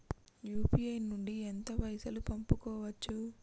UPI నుండి ఎంత పైసల్ పంపుకోవచ్చు?